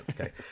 okay